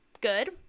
good